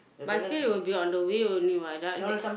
but still you will be on the way only what